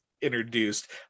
introduced